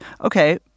Okay